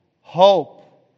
hope